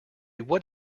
what